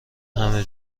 همه